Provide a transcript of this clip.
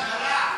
כלכלה.